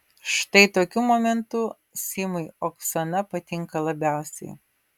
štai tokiu momentu simui oksana patinka labiausiai